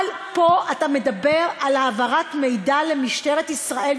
אבל פה אתה מדבר על העברת מידע למשטרת ישראל.